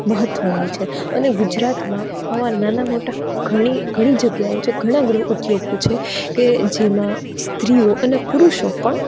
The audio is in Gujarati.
મહત્ત્વની છે અને ગુજરાતમાં આવા નાના મોટા ઘણી ઘણી જગ્યાઓ છે ઘણા ગૃહ ઉદ્યોગો છે કે જેમાં સ્ત્રીઓ અને પુરુષો પણ